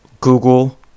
Google